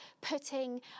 putting